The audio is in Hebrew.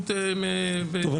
טוב,